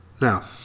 Now